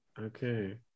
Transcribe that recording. okay